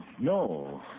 no